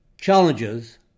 challenges